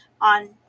on